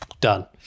done